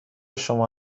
شما